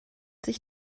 sich